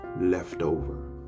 leftover